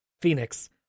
Phoenix